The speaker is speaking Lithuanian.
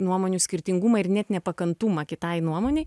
nuomonių skirtingumą ir net nepakantumą kitai nuomonei